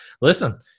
listen